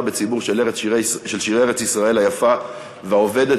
בציבור של שירי ארץ-ישראל היפה והעובדת,